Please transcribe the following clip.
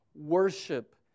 worship